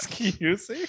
excuse